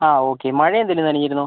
ആ ഓക്കെ മഴ എന്തേലും നനഞ്ഞിരുന്നോ